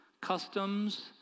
customs